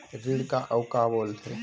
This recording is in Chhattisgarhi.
ऋण का अउ का बोल थे?